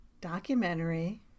Documentary